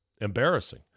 Embarrassing